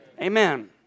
Amen